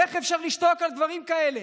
איך אפשר לשתוק על דברים כאלה?